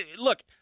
look